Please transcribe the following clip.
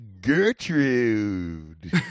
Gertrude